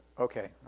Okay